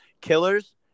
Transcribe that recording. killers